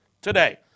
today